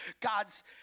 God's